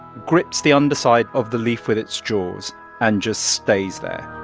grips the underside of the leaf with its jaws and just stays there